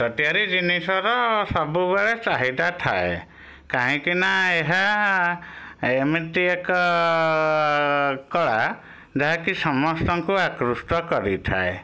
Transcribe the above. ହାତ ତିଆରି ଜିନିଷର ସବୁବେଳେ ଚାହିଦା ଥାଏ କାହିଁକି ନା ଏହା ଏମିତି ଏକ କଳା ଯାହାକି ସମସ୍ତଙ୍କୁ ଆକୃଷ୍ଟ କରିଥାଏ